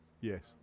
Yes